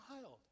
child